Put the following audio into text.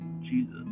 Jesus